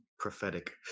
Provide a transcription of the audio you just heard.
Prophetic